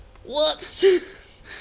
Whoops